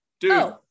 dude